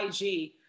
IG